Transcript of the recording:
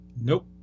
Nope